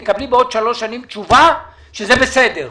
תקבלו תשובה בעוד שלוש שנים שזה בסדר.